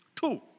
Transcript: Two